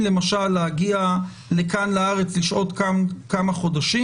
להגיע לארץ כדי לשהות כאן כמה חודשים.